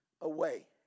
away